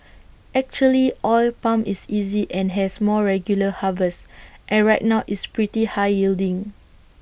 actually oil palm is easy and has more regular harvests and right now it's pretty high yielding